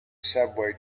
subway